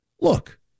Look